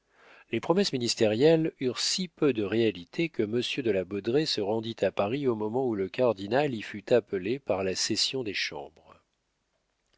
les promesses ministérielles eurent si peu de réalité que monsieur de la baudraye se rendit à paris au moment où le cardinal y fut appelé par la session des chambres